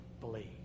believe